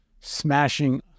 smashing